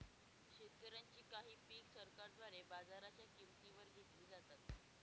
शेतकऱ्यांची काही पिक सरकारद्वारे बाजाराच्या किंमती वर घेतली जातात